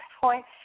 point